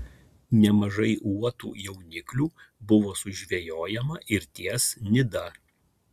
nemažai uotų jauniklių buvo sužvejojama ir ties nida